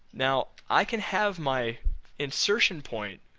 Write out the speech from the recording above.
now, i can have my insertion point,